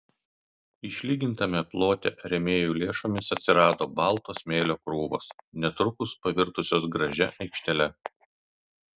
išlygintame plote rėmėjų lėšomis atsirado balto smėlio krūvos netrukus pavirtusios gražia aikštele